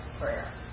prayer